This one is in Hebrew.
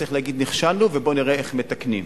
צריך להגיד: נכשלנו ובוא נראה איך מתקנים.